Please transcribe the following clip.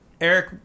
Eric